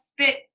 spit